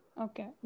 Okay